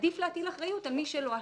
עדיף להטיל אחריות על מי שלא אשם.